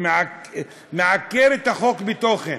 מעקר את החוק מתוכן.